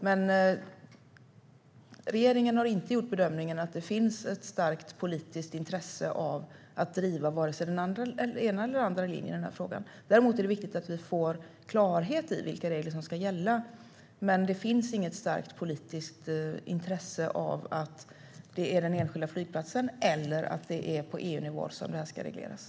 Men regeringen har inte gjort bedömningen att det finns ett starkt politiskt intresse av att driva vare sig den ena eller den andra linjen i denna fråga. Däremot är det viktigt att vi får klarhet i vilka regler som ska gälla. Men det finns inget starkt politiskt intresse av att det är den enskilda flygplatsen som ska avgöra detta eller att det är på EU-nivå som detta ska regleras.